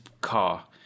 car